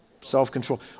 self-control